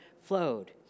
flowed